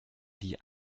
die